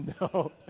No